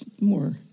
more